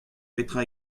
petra